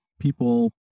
people